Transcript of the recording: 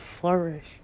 flourish